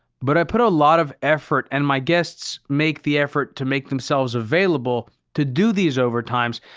but i put a lot of effort, and my guests make the effort to make themselves available to do these overtimes.